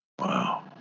Wow